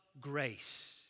grace